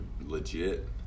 legit